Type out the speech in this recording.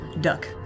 duck